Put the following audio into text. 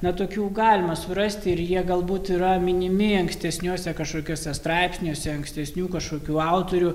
na tokių galima surasti ir jie galbūt yra minimi ankstesniuose kažkokiuose straipsniuose ankstesnių kažkokių autorių